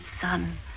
son